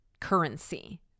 currency